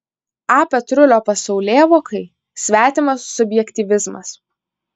a petrulio pasaulėvokai svetimas subjektyvizmas